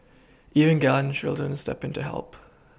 even grandchildren step in to help